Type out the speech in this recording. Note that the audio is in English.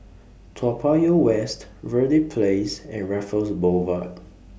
Toa Payoh West Verde Place and Raffles Boulevard